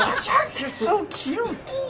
you're so cute!